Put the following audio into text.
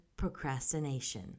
procrastination